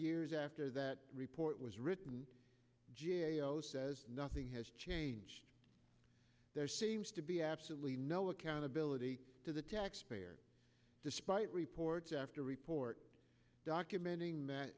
years after that report was written g a o says nothing has changed there seems to be absolutely no accountability to the taxpayer despite reports after report documenting